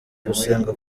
gusenga